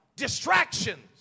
distractions